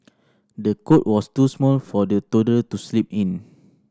the cot was too small for the toddler to sleep in